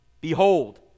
Behold